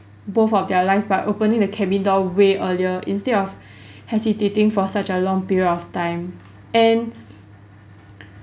both of their lives by opening the cabin door way earlier instead of hesitating for such a long period of time and